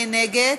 מי נגד?